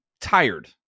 tired